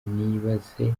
nibaze